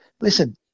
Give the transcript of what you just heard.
Listen